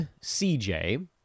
CJ